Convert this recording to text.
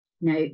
Now